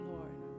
Lord